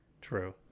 true